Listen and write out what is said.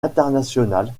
internationales